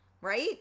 right